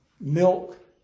milk